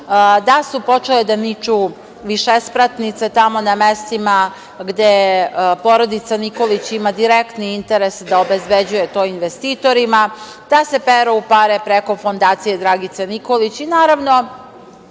da su počele da niču višespratnice tamo na mestima gde porodica Nikolić ima direktni interes da obezbeđuje to investitorima, da se peru pare preko fondacije „Dragice Nikolić“ i naravno,